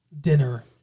dinner